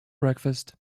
breakfast